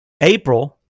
April